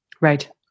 Right